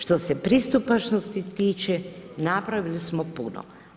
Što se pristupačnosti tiče, napravili smo puno.